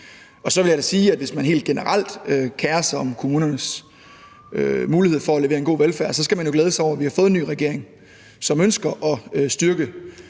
Så vil jeg da sige, at hvis man helt generelt kerer sig om kommunernes mulighed for at levere en god velfærd, skal man jo glæde sig over, at vi har fået en ny regering, som ønsker at styrke